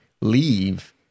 leave